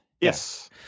Yes